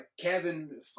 Kevin